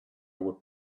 would